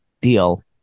deal